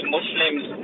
Muslims